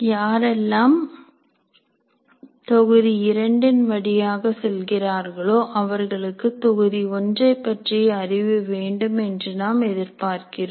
யாரெல்லாம் தொகுதி இரண்டின் வழியாக செல்கிறார்களோ அவர்களுக்கு தொகுதி ஒன்றை பற்றிய அறிவு வேண்டும் என்று நாம் எதிர்பார்க்கிறோம்